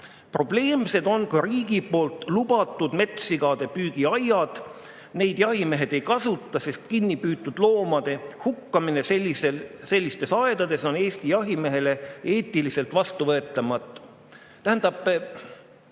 "Probleemsed on ka riigi poolt lubatud metssigade püügiaiad. Neid jahimehed ei kasuta, sest kinnipüütud loomade hukkamine [sellisel viisil] aedades on eesti jahimehele eetiliselt vastuvõetamatu."